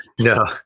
no